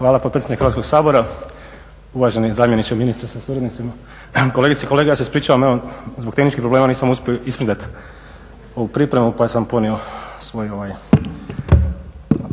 Hvala potpredsjednice Hrvatskog sabora. Uvaženi zamjeniče ministra sa suradnicima, kolegice i kolege. Ja se ispričavam evo zbog tehničkih problema nisam uspio isprintat ovu pripremu pa sam ponio svoj…